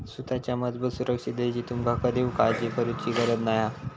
सुताच्या मजबूत सुरक्षिततेची तुमका कधीव काळजी करुची गरज नाय हा